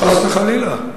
חס וחלילה.